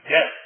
Yes